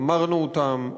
אמרנו אותם,